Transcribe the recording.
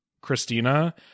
Christina